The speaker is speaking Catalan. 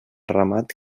ramat